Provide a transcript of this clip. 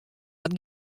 hat